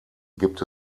gibt